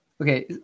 Okay